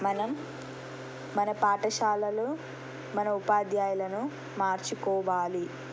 మనం మన పాఠశాలలో మన ఉపాధ్యాయులను మార్చుకోవాలి